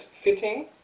fitting